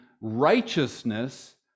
righteousness